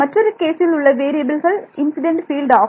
மற்றொரு கேஸில் உள்ள வேறியபில்கள் இன்சிடென்ட் பீல்டு ஆகும்